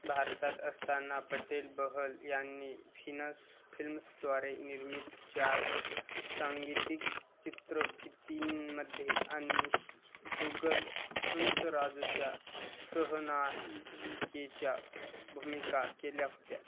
भारतात असताना पटेल बहल यांनी व्हीनस फिल्म्सद्वारे निर्मित चार सांगितिक चित्रफितींमध्ये आणि जुगल हंसराजच्या सहनायिकेच्या भूमिका केल्या होत्या